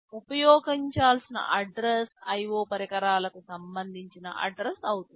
ఉపయోగించాల్సిన address IO పరికరాలకు సంబంధించిన అడ్రస్ అవుతుంది